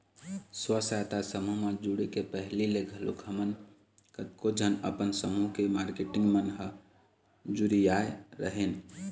स्व सहायता समूह म जुड़े के पहिली ले घलोक हमन कतको झन अपन समूह के मारकेटिंग मन ह जुरियाय रेहेंन